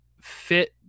fit